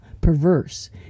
Perverse